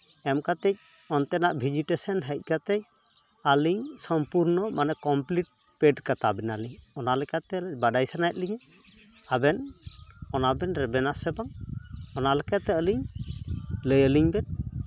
ᱮᱢ ᱠᱟᱛᱮ ᱚᱱᱛᱮᱱᱟᱜ ᱵᱷᱮᱡᱤᱴᱮᱥᱮᱱ ᱦᱮᱡ ᱠᱟᱛᱮ ᱟᱹᱞᱤᱧ ᱥᱚᱢᱯᱩᱨᱱᱚ ᱢᱟᱱᱮ ᱠᱚᱢᱯᱞᱤᱴ ᱯᱮᱰ ᱠᱟᱛᱟ ᱵᱮᱱᱟᱞᱤᱧ ᱚᱱᱟ ᱞᱮᱠᱟᱛᱮ ᱵᱟᱰᱟᱭ ᱥᱟᱱᱟᱭᱮᱫ ᱞᱤᱧᱟᱹ ᱟᱵᱮᱱ ᱚᱱᱟ ᱵᱮᱱ ᱨᱮᱵᱮᱱᱟ ᱥᱮ ᱵᱟᱝ ᱚᱱᱟ ᱞᱮᱠᱟᱛᱮ ᱟᱹᱞᱤᱧ ᱞᱟᱹᱭᱟᱞᱤᱧ ᱵᱮᱱ